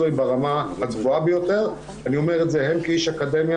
היא ברמה הגבוהה ביותר ואני אומר את זה הן כאיש אקדמיה